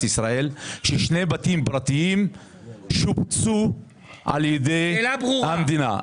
ישראל ששני בתים פרטיים שופצו על ידי המדינה?